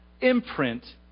imprint